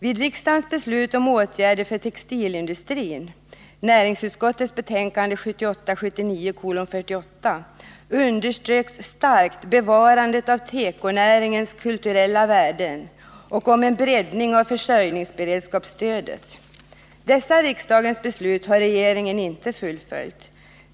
Vid riksdagens beslut om åtgärder för textilindustrin, näringsutskottets betänkande 1978/79:48, underströks starkt bevarandet av tekonäringens kulturella värden och en breddning av försörjningsberedskapsstödet. Dessa riksdagens beslut har regeringen inte fullföljt.